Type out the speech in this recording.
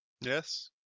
Yes